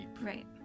right